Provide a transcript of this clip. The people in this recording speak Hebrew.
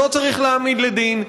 שלא צריך להעמיד לדין,